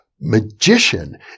magician